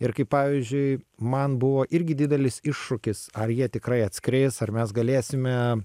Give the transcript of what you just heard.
ir kai pavyzdžiui man buvo irgi didelis iššūkis ar jie tikrai atskris ar mes galėsime